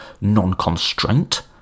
non-constraint